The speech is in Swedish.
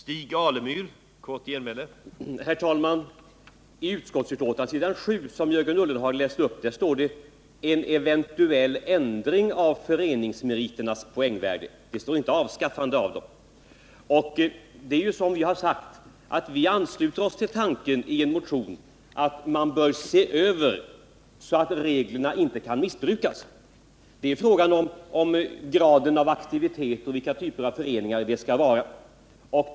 Herr talman! På s. 7 i utskottsbetänkandet står, som Jörgen Ullenhag läste upp, ”en eventuell ändring av föreningsmeriternas poängvärde”. Det står alltså inte något om avskaffande av dem. Som vi sagt ansluter vi oss till tanken i en av motionerna att man bör se över reglerna för att kunna undvika missbruk av dem. Vad det gäller är graden av aktivitet och vilka typer av föreningar det skall vara fråga om.